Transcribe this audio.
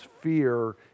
fear